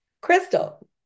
Crystal